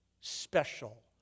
special